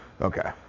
Okay